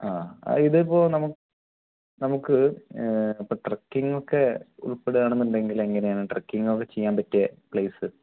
ആ ഇതിപ്പോൾ നമുക്ക് നമുക്ക് ഇപ്പോൾ ട്രക്കിങ്ങൊക്കെ ഉൾപ്പെടുകയാണെന്നുണ്ടെങ്കിൽ എങ്ങനെയാണ് ട്രക്കിങ്ങൊക്കെ ചെയ്യാൻ പറ്റിയ പ്ലെയ്സ്